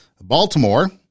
Baltimore